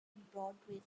broadway